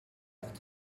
heures